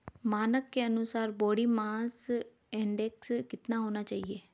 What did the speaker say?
मानक के अनुसार बॉडी मास इंडेक्स कितना होना चाहिए?